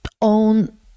own